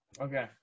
Okay